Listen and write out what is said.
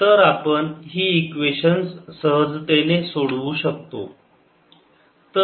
तर आपण हि इक्वेशन्स सहजतेने सोडवू शकतो